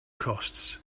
costs